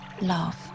love